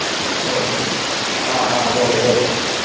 ꯍꯣꯏ ꯍꯣꯏ ꯑ ꯑ ꯌꯧꯔꯛꯑꯦ ꯌꯧꯔꯛꯑꯦ